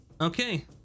Okay